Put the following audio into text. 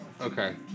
Okay